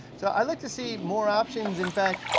so i'd like to see more options. in fact,